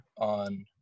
on